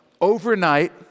overnight